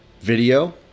video